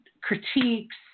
critiques